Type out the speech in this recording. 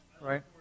Right